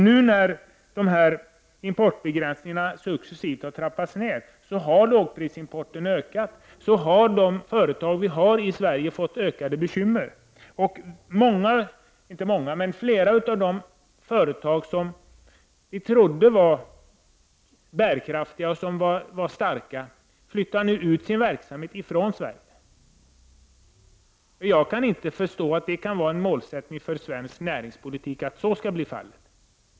När nu importbegränsningarna successivt har trappats ned har lågprisimporten ökat och de företag vi har i Sverige har fått ökade bekymmer. Flera av de företag som vi trodde var bärkraftiga och som var starka flyttar nu ut sin verksamhet från Sverige. Jag kan inte förstå att det kan vara en målsättning för svensk näringspolitik att så skall bli fallet.